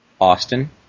Austin